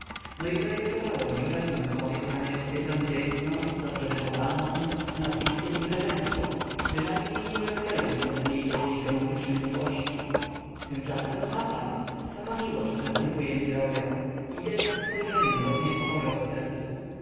projektowałem że wezmę sobie panie kobietę piękną dobrze wychowaną z nazwiskiem i prezencyą bynajmniej nie wymagając od niej jakiejś romantycznej miłości tymczasem ma pan sama miłość zastępuje mi drogę i jednem spojrzeniem roznieca pożar w sercu